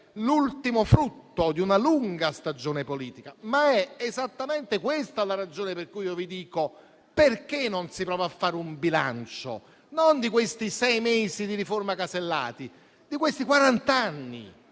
l'ultimo frutto di una lunga stagione politica. Ma è esattamente questa la ragione per cui vi chiedo perché non si prova a fare un bilancio, non di questi sei mesi di riforma Alberti Casellati, ma di questi quarant'anni.